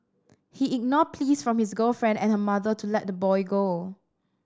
he ignored pleas from his girlfriend and her mother to let the boy go